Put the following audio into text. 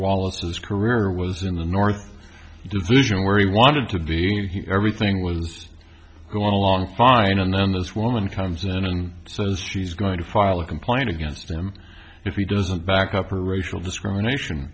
wallace's career was in the north division where he wanted to being here everything was going along fine and then this woman comes in and says she's going to file a complaint against him if he doesn't back up or racial discrimination